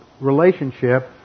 relationship